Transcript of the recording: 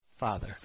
Father